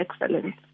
excellent